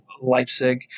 Leipzig